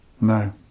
No